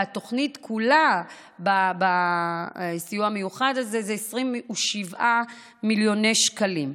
התוכנית של הסיוע המיוחד הזה כולה זה 27 מיליוני שקלים.